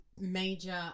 Major